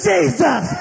Jesus